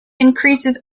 increases